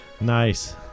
Nice